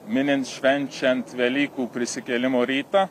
minint švenčiant velykų prisikėlimo rytą